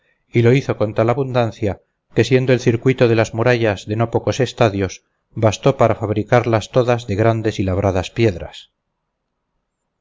y lo hizo con tal abundancia que siendo el circuito de las murallas de no pocos estadios bastó para fabricarlas todas de grandes y labradas piedras